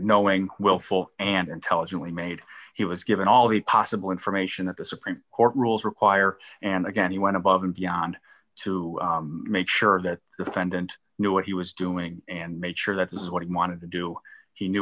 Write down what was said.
knowing willful and intelligently made he was given all the possible information that the supreme court rules require and again he went above and beyond to make sure that the defendant knew what he was doing and make sure that this is what he wanted to do he knew